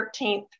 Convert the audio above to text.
13th